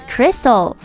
Crystal 。